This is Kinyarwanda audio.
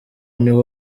niho